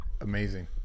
Amazing